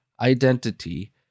identity